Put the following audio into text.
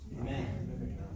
Amen